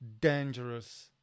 dangerous